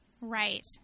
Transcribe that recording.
right